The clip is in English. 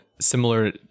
similar